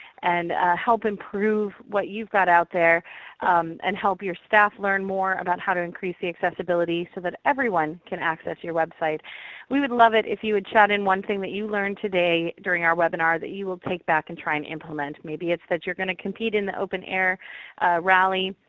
and help improve what you've got out there and help your staff learn more about how to increase the accessibility so that everyone can access your website. becky we would love it if you would chat in one thing that you learned today during our webinar that you will take back and try and implement. maybe it's that you're going to compete in the openair rally,